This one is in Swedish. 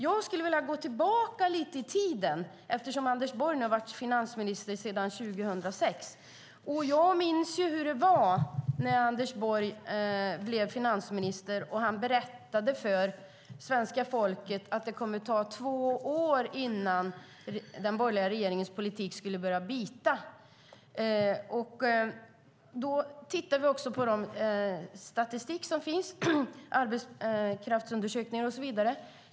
Jag skulle vilja gå tillbaka lite i tiden eftersom Anders Borg har varit finansminister sedan 2006. Jag minns hur det var när Anders Borg blev finansminister. Han berättade för svenska folket att det skulle ta två år innan den borgerliga regeringens politik skulle börja bita. Då kan vi titta på den statistik som finns, arbetskraftsundersökningar och så vidare.